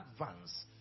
advance